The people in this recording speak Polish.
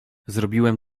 zrobiłem